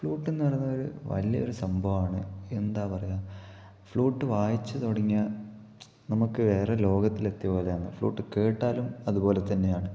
ഫ്ലുട്ടെന്ന് പറയുന്നതൊരു വലിയൊരു സംഭവമാണ് എന്താ പറയുക ഫ്ലുട്ട് വായിച്ചു തുടങ്ങിയാൽ നമുക്ക് വേറെ ലോകത്തില് എത്തിയ പോലെയാണ് ഫ്ലുട്ട് കേട്ടാലും അതുപോലെ തന്നെയാണ്